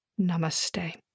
Namaste